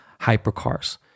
hypercars